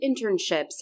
internships